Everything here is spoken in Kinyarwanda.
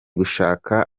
gushaka